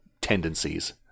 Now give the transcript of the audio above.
tendencies